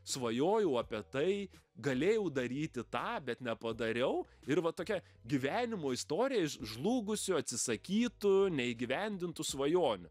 svajojau apie tai galėjau daryti tą bet nepadariau ir va tokia gyvenimo istorija iš žlugusių atsisakytų neįgyvendintų svajonių